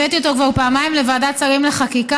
הבאתי אותו כבר פעמיים לוועדת שרים לחקיקה,